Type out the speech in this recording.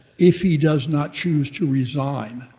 if he does not choose to resign,